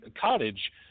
cottage